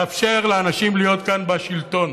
לאפשר לאנשים להיות כאן בשלטון.